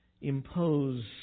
impose